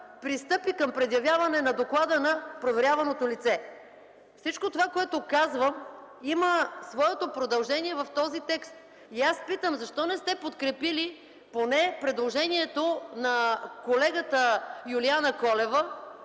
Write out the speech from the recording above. пристъпи към предявяване на доклада на проверяваното лице”. Всичко това, което казвам, има своето продължение в този текст. Аз питам: защо не сте подкрепили поне предложението на колегата Юлиана Колева,